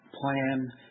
plan